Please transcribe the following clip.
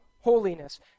holiness